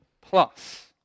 plus